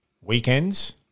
weekends